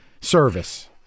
service